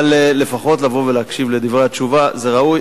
אבל לפחות לבוא ולהקשיב לדברי התשובה זה ראוי,